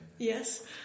Yes